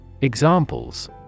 Examples